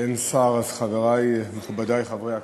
אין שר, אז חברי מכובדי חברי הכנסת,